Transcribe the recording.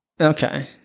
okay